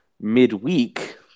midweek